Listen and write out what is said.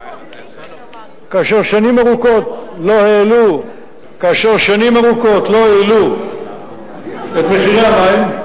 לאחר ששנים ארוכות לא העלו את מחירי המים,